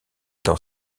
dans